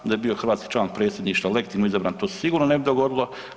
Da je bio hrvatski član Predsjedništva legitimno izabran to se sigurno ne bi dogodilo.